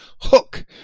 hook